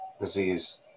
disease